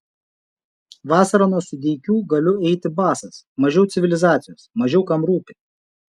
vasarą nuo sudeikių galiu eiti basas mažiau civilizacijos mažiau kam rūpi